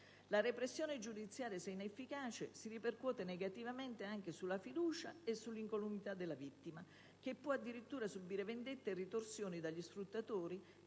La repressione giudiziaria, se inefficace, si ripercuote negativamente anche sulla fiducia e sull'incolumità della vittima, che può addirittura subire vendette e ritorsioni dagli sfruttatori